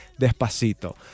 Despacito